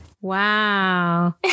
Wow